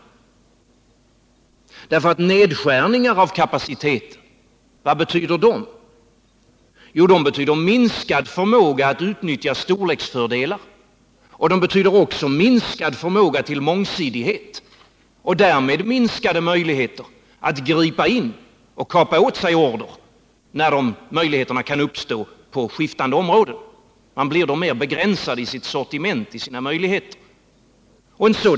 Vad betyder nämligen nedskärningar av kapaciteten? Jo, de betyder minskad förmåga att utnyttja storleksfördelar och också minskad förmåga till mångsidighet och därmed minskade möjligheter att gripa in och kapa åt sig order när möjligheter kan uppstå på skiftande områden. Man blir då mer begränsad när det gäller sortimentet och möjligheterna i övrigt.